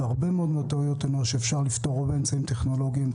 והרבה מאוד מטעויות אנוש אפשר לפתור באמצעים טכנולוגיים,